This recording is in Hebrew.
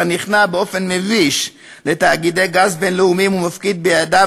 אתה נכנע באופן מביש לתאגידי גז בין-לאומיים ומפקיד בידיו